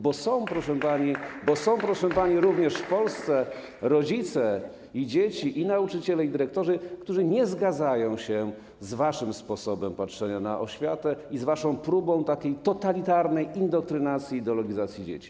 Bo są, proszę pani, również w Polsce rodzice i dzieci, i nauczyciele, i dyrektorzy, którzy nie zgadzają się z waszym sposobem patrzenia na oświatę i z waszą próbą totalitarnej indoktrynacji i ideologizacji dzieci.